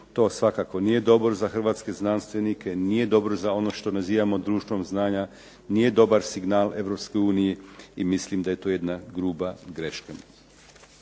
To svakako nije dobro za hrvatske znanstvenika, nije dobro za ono što nazivamo društvom znanja, nije dobar signal Europskoj uniji i mislim da je ti jedna gruba greška.